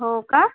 हो का